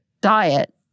diet